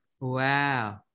Wow